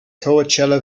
coachella